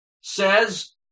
says